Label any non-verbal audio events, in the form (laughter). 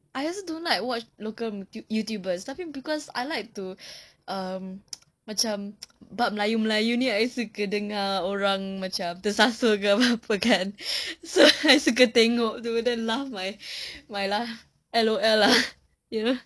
I also don't like watch local you~ youtube tapi because I like to um (noise) macam bab melayu-melayu ini I suka dengar orang macam tersasul ke apa kan so I suka tengok itu then laugh my lah L_O_L lah you know